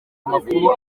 amakuru